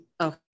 okay